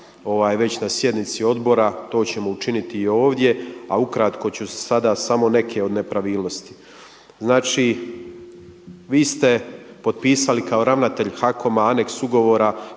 na sjednici odbora. To ćemo učiniti i ovdje. A ukratko ću sada samo neke od nepravilnosti. Znači vi ste potpisali kao ravnatelj HAKOM-a aneks ugovora